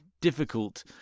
difficult